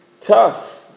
Tough